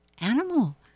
animal